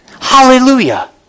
Hallelujah